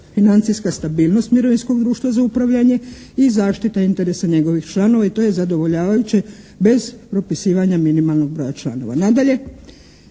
financijska stabilnost mirovinskog društva za upravljanje i zaštita interesa njegovih članova i to je zadovoljavajuće bez propisivanja minimalnog broja članova.